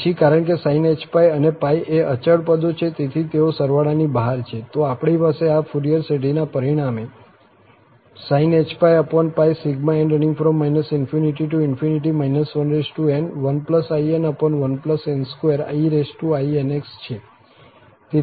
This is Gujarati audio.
પછી કારણ કે sinh⁡ અને π એ અચળ પદો છે તેથી તેઓ સરવાળાની બહાર છે તો આપણી પાસે આ ફુરિયર શ્રેઢીના પરિણામે sinh⁡∑n ∞ n1in1n2einx છે